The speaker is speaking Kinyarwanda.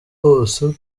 hose